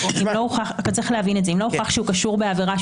אם לא הוכח שהוא קשור בעבירה,